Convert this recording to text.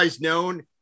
known